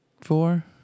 four